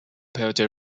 puerto